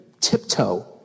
tiptoe